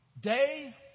day